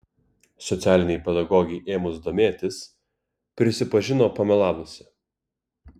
socialinei pedagogei ėmus domėtis prisipažino pamelavusi